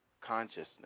consciousness